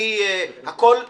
הכול מונח.